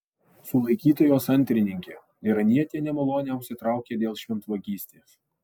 sulaikyta jos antrininkė iranietė nemalonę užsitraukė dėl šventvagystės